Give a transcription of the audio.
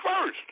first